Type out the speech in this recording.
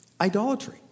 idolatry